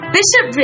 Bishop